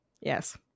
yes